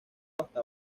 hasta